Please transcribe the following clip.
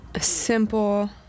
simple